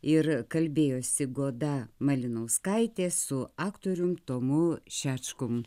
ir kalbėjosi goda malinauskaitė su aktorium tomu šečkum